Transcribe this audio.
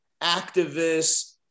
activists